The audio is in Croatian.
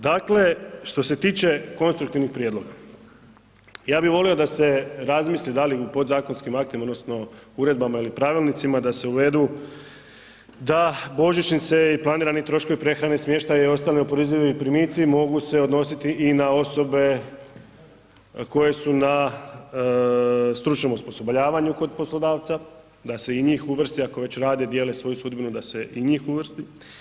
Dakle, što se tiče konstruktivnih prijedloga, ja bih volio da se razmisli da li u podzakonskim aktima odnosno uredbama ili pravilnicima da se uvedu da božićnice i planirani troškovi prehrane i smještaja ostanu neoporezivi primici mogu se odnositi i na osobe koje su na stručnom osposobljavanju kod poslodavca, da se i njih uvrsti ako već rade, dijele svoju sudbinu da se i njih uvrsti.